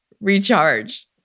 Recharge